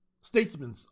statesmen